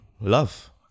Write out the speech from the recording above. love